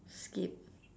skip